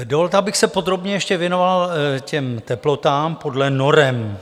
Dovolte, abych se podrobně ještě věnoval těm teplotám podle norem.